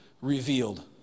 revealed